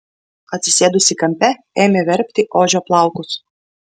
atsisėdusi kampe ėmė verpti ožio plaukus